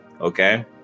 Okay